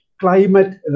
climate